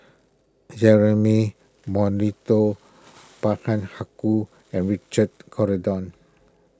Jeremy Monteiro Haykal and Richard Corridon